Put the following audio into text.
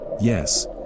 Yes